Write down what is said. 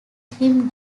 him